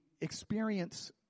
experience